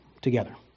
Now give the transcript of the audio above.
together